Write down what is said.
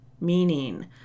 meaning